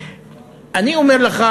אני אומר לך